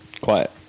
quiet